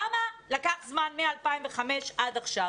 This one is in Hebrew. למה לקח זמן מ-2005 עד עכשיו?